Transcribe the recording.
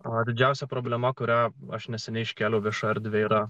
o didžiausia problema kurią aš neseniai iškėliau viešoje erdvėje yra